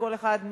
וכל אחד,